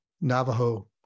Navajo